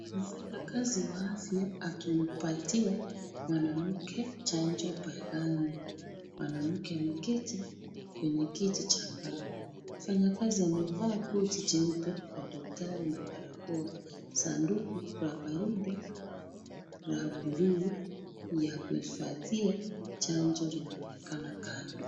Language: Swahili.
Mfanyakaziwa afya akimpatia mwanamke chanjo begani. Mwanamke ameketi kwenye kiti cha mbao. Mfanyakazi amevaa koti jeupe la daktari na barakoa. Sanduku la baridi la buluu ya kuhifadhia chanjo linaonekana kando.